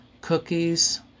cookies